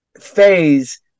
phase